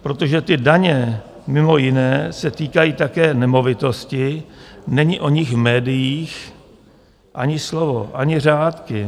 Protože ty daně mimo jiné se týkají také nemovitosti, není o nich v médiích ani slovo, ani řádky.